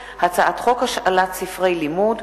הנני מתכבדת להודיעכם,